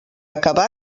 acabar